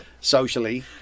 socially